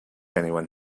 anyone